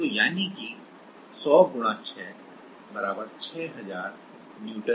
तो यानी कि 100 6 6000 न्यूटन प्रति मीटर